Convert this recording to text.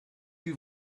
you